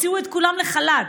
הוציאו את כולם לחל"ת.